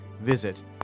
Visit